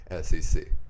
SEC